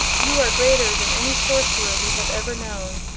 you are greater than any sorcerer we have ever known.